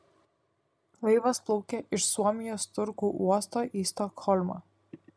laivas plaukė iš suomijos turku uosto į stokholmą